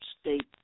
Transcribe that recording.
state